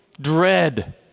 dread